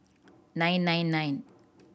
nine nine nine